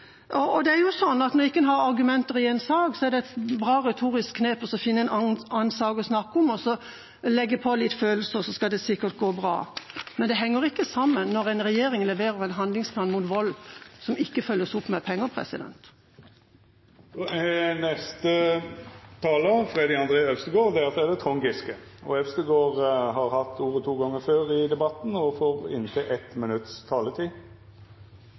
denne talerstolen. Det er jo sånn at når en ikke har argumenter i en sak, er det et bra retorisk knep å finne en annen sak å snakke om og så legge på litt følelser, så skal det sikkert gå bra. Men det henger ikke sammen når en regjering leverer en handlingsplan mot vold som ikke følges opp med penger. Representanten Freddy André Øvstegård har hatt ordet to gonger tidlegare og får